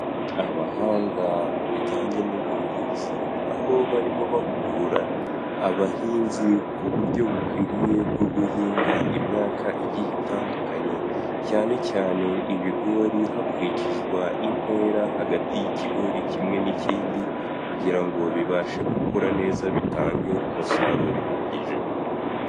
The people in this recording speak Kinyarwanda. Abahanga mu bijyanye n'ubuhinzi aho barimo bahugura abahinzi ku buryo bukwiriye bwo guhinga imyaka igiye itandukanye, cyane cyane ibigori hakurikizwa intera hagati y'ikigori kimwe n'ikindi, kugira ngo bibashe gukura neza bitange umusaruro uhagije.